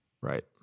Right